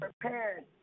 prepared